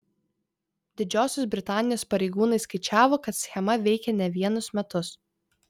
didžiosios britanijos pareigūnai skaičiavo kad schema veikė ne vienus metus